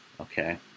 Okay